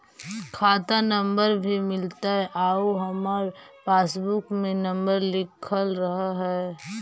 खाता नंबर भी मिलतै आउ हमरा पासबुक में नंबर लिखल रह है?